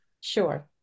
Sure